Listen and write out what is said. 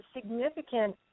significant